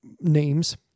names